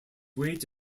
weight